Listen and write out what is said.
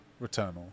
Returnal